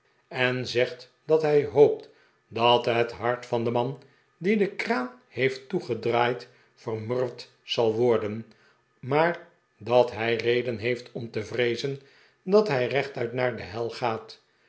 en zegt dat hij hoopt dat het hart van den man die de kraan heeft toegedraaid vermurwd zal worden maar dat hij reden heeft om te vreezen dat hij rechtuit naar de hel gaat